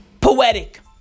poetic